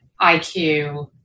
IQ